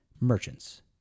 merchants